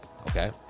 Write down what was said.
Okay